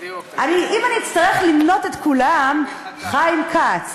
אם אצטרך למנות את כולם, חיים כץ,